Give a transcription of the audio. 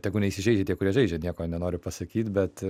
tegu neįsižeidžia tie kurie žaidžia nieko nenoriu pasakyt bet